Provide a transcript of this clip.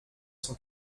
cent